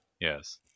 Yes